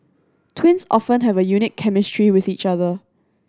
twins often have a unique chemistry with each other